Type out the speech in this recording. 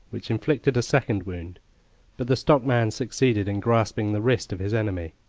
which inflicted a second wound but the stockman succeeded in grasping the wrist of his enemy.